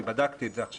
אני בדקתי את זה עכשיו.